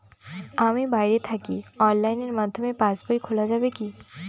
আমি বাইরে থাকি অনলাইনের মাধ্যমে পাস বই খোলা যাবে কি?